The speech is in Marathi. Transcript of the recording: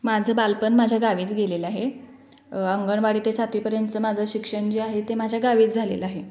माझं बालपण माझ्या गावीच गेलेलं आहे अंगणवाडी ते सातवीपर्यंतचं माझं शिक्षण जे आहे ते माझ्या गावीच झालेलं आहे